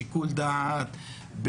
בשיקול דעת.